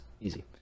Easy